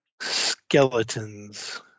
skeletons